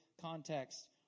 context